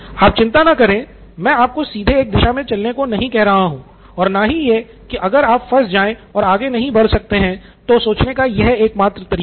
आप चिंता न करें मैं आपको सीधे एक दिशा मे चलने को नहीं कह रहा हूं और ना ही यह कि अगर आप फँस गए हैं और आगे नहीं बढ़ सकते हैं तो सोचने का यह एकमात्र तरीका है